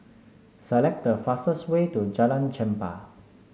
select the fastest way to Jalan Chempah